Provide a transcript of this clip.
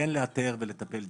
כן לאתר ולטפל דיכאון.